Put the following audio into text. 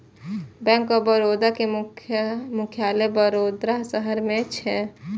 bank of Baroda के मुख्यालय वडोदरा शहर मे छै